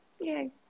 Yay